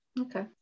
Okay